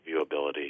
viewability